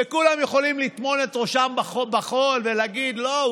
וכולם יכולים לטמון את ראשם בחול ולהגיד שלא.